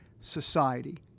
society